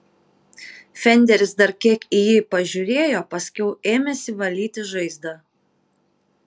fenderis dar kiek į jį pažiūrėjo paskiau ėmėsi valyti žaizdą